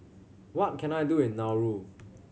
what can I do in Nauru